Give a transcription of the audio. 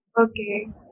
Okay